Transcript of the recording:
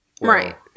Right